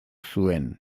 zuen